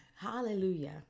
Hallelujah